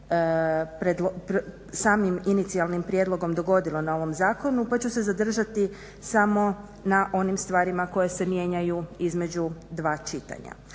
samim inicijalnim prijedlogom dogodilo na ovom zakonu pa ću se zadržati samo na onim stvarima koje se mijenjaju između dva čitanja.